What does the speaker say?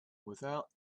without